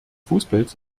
fußpilz